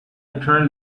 returned